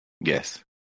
Yes